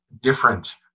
different